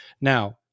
Now